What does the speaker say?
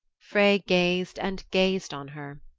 frey gazed and gazed on her.